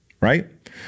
right